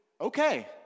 okay